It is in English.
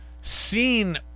seen